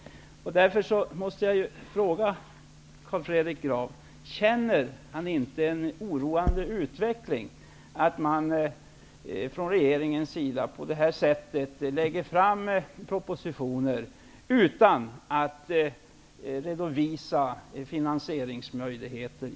Därför måste jag fråga Carl Fredrik Graf: Är det inte en oroande utveckling att man från regeringens sida på det här sättet lägger fram propositioner utan att redovisa motsvarande finansieringsmöjligheter?